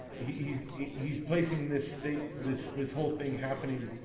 he's he's placing this thing. this this whole thing happening